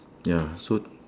ya so